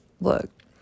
look